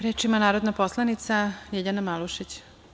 Reč ima narodna poslanica Ljiljana Malušić.